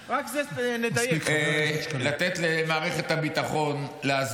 הדבר האחרון שאני רוצה לומר,